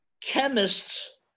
chemists